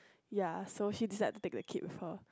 ya so she decided to take the kid with her